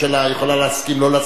היא יכולה להסכים או לא להסכים.